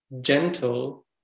gentle